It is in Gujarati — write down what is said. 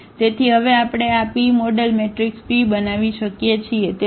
તેથી હવે આપણે આ P મોડેલ મેટ્રિક્સ P બનાવી શકીએ છીએ